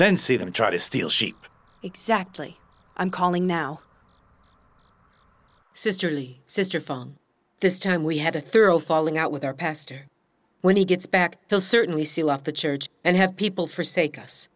then see them try to steal sheep exactly i'm calling now sisterly sister phone this time we had a thorough falling out with our pastor when he gets back he'll certainly seal off the church and have people for sake